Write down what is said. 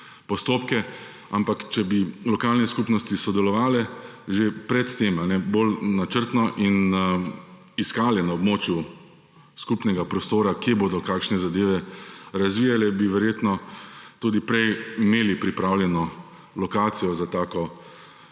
postopke, ampak če bi lokalne skupnosti sodelovale že pred tem bolj načrtno in iskale na območju skupnega prostora, kje bodo kakšne zadev razvijale, bi verjetno tudi prej imeli pripravljeno lokacijo za tako